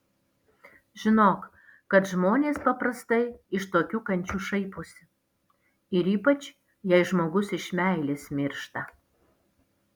žinok kad žmonės paprastai iš tokių kančių šaiposi ir ypač jei žmogus iš meilės miršta